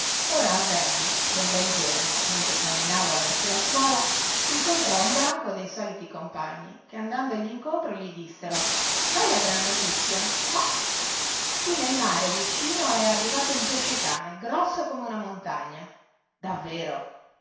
ora avvenne che un bel giorno mentre camminava verso scuola incontrò un branco dei soliti compagni che andandogli incontro gli dissero sai la gran notizia no qui nel mare vicino è arrivato un pesce-cane grosso come una montagna davvero